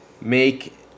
make